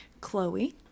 chloe